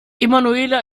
emanuela